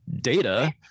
data